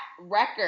record